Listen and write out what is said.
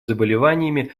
заболеваниями